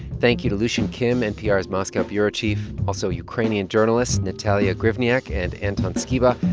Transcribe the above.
thank you to lucian kim, npr's moscow bureau chief, also ukrainian journalists natalia gryvnyak, and anton skyba,